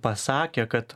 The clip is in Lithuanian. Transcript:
pasakė kad